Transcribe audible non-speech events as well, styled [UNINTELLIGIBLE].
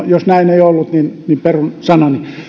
[UNINTELLIGIBLE] jos näin ei ollut niin niin perun sanani